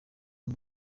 y’u